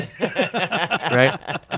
Right